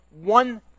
one